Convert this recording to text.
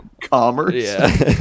commerce